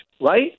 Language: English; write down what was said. right